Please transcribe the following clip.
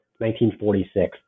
1946